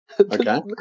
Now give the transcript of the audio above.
Okay